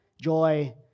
Joy